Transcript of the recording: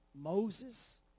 Moses